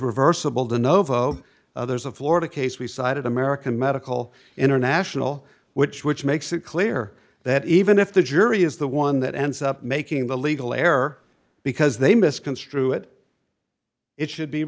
reversible de novo there's a florida case we cited american medical international which which makes it clear that even if the jury is the one that ends up making the legal air because they misconstrue it it should be